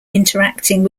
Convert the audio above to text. interacting